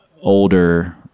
older